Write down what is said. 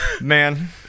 Man